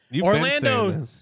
Orlando